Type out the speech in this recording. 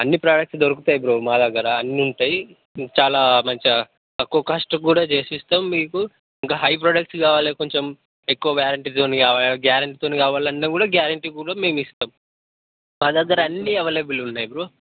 అన్ని ప్రొడక్ట్స్ దొరుకుతాయి బ్రో మా దగ్గర అన్నీ ఉంటాయి చాలా మంచిగా తక్కువ కాస్ట్కి కూడా చేసిస్తాం మీకు ఇంకా హై ప్రోడక్ట్ కావాలి కొంచెం ఎక్కువ వారెంటీతోని కావాలి గ్యారెంటీతోని కావాలన్నా గ్యారెంటీ కూడా మేము ఇస్తాం మా దగ్గర అన్నీ అవైలబుల్ ఉన్నాయి బ్రో